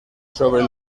sobre